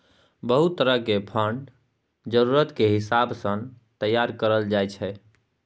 बहुत तरह के फंड जरूरत के हिसाब सँ तैयार करल जाइ छै